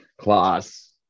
class